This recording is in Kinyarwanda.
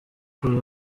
kuza